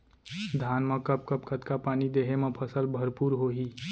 धान मा कब कब कतका पानी देहे मा फसल भरपूर होही?